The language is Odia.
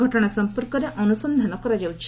ଘଟଣା ସଂପର୍କରେ ଅନୁସନ୍ଧାନ କରାଯାଉଛି